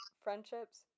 friendships